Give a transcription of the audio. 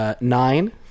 Nine